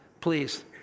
please